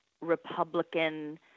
Republican